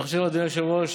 אני חושב, אדוני היושב-ראש,